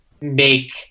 make